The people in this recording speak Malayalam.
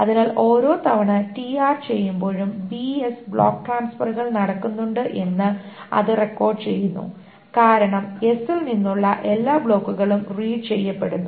അതിനാൽ ഓരോ തവണ tr ചെയ്യുമ്പോഴും bs ബ്ലോക്ക് ട്രാൻസ്ഫറുകൾ നടക്കുന്നുണ്ട് എന്ന് അത് റെക്കോർഡ് ചെയ്യുന്നു കാരണം s ൽ നിന്നുള്ള എല്ലാ ബ്ലോക്കുകളും റീഡ് ചെയ്യപ്പെടുന്നു